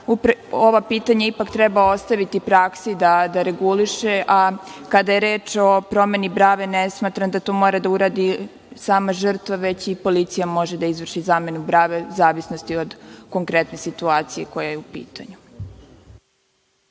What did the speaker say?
ova pitanja ipak treba ostaviti praksi da reguliše. Kada je reč o promeni brave, ne smatram da to mora da uradi sama žrtva već i policija može da izvrši zamenu brave, u zavisnosti od konkretne situacije koja je u pitanju.